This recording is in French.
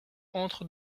entre